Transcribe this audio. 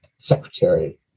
secretary